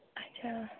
اَچھا